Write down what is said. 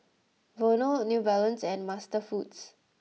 Vono New Balance and MasterFoods